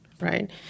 right